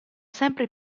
sempre